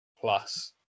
plus